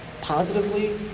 positively